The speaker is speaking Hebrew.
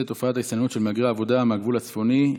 תופעת ההסתננות של מהגרי עבודה מהגבול הצפוני.